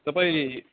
तपाईँ